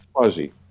fuzzy